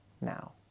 now